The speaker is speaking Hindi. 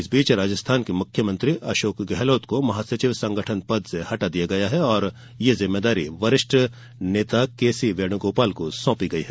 इस बीच राजस्थान के मुख्यमंत्री अशोक गहलोत को महासचिव संगठन पद से हटा दिया गया है और यह जिम्मेदारी वरिष्ठ नेता केसी वेणुगोपाल को सौंपी गयी है